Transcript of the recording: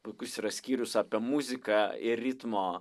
puikus yra skyrius apie muziką ir ritmo